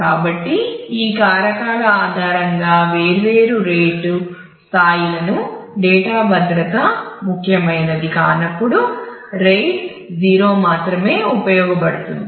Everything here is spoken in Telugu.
కాబట్టి ఈ కారకాల ఆధారంగా వేర్వేరు రేటు స్థాయిలను డేటా భద్రత ముఖ్యమైనది కానప్పుడు RAID 0 మాత్రమే ఉపయోగించబడుతుంది